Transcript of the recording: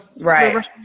right